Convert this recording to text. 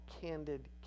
Candid